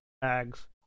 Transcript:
bags